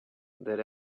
that